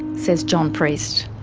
says john priest.